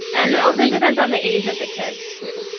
and also, it depends on the age of the kids, too.